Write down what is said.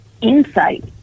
insight